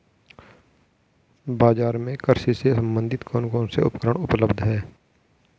बाजार में कृषि से संबंधित कौन कौन से उपकरण उपलब्ध है?